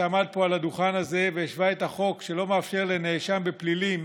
שעמד פה על הדוכן הזה והשווה את החוק שלא מאפשר לנאשם בפלילים